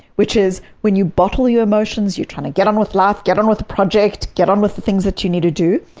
which is, when you bottle your emotions you try to get on with life, get on with the project, get on with the things that you need to do.